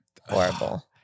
Horrible